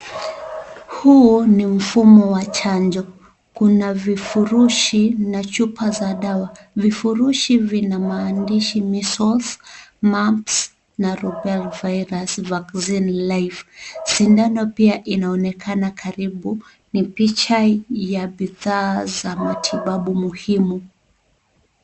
Huu ni mfumo wa chanjo kuna vifurushi na chupa za dawa, vifurushi vina maandishi measles, mumps na rubella virus vaccine live. Sindano pia inaonekana karibu, ni picha ya bidhaa za matibabu muhimu.